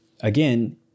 again